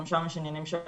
גם שם יש ענייני אכיפה,